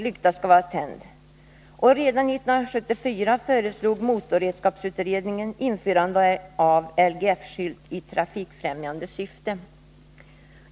Redan 1974 föreslog motorredskapsutredningen införande av LGF-skylt i trafikfrämjande syfte.